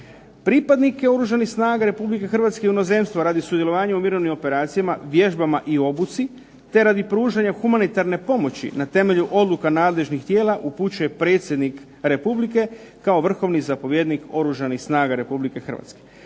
Pripadnike Oružanih snaga Republike Hrvatske u inozemstvu radi sudjelovanja u mirovnim operacijama, vježbama i obuci, te radi pružanja humanitarne pomoći na temelju odluka nadležnih tijela upućuje predsjednik Republike kao vrhovni zapovjednik Oružanih snaga Republike Hrvatske.